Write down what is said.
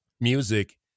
music